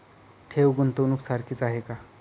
ठेव, गुंतवणूक सारखीच आहे का?